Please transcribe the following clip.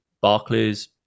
Barclays